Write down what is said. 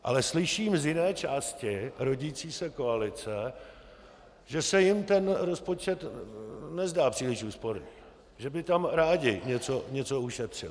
Ale slyším z jiné části rodící se koalice, že se jim rozpočet nezdá příliš úsporný, že by tam rádi něco ušetřili.